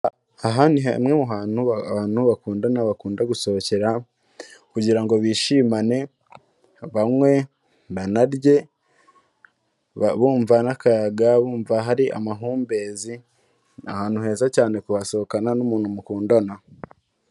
Aha ni hamwe mu hantu abantu bakundana bakunda gusohokera kugira ngo bishimane, banywe, banarye, bumva n'akayaga bumva hari amahumbezi, ni ahantu heza cyane kuhasohokana n'umuntu mukundana.